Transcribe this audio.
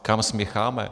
Kam spěcháme?